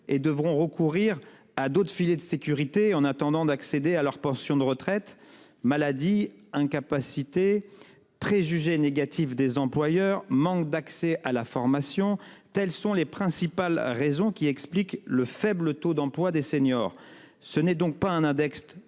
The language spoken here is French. et devront recourir à d'autres filets de sécurité en attendant d'accéder à leur pension de retraite maladie incapacité préjugés négatifs des employeurs manque d'accès à la formation. Telles sont les principales raisons qui expliquent le faible taux d'emploi des seniors. Ce n'est donc pas un index aux